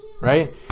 Right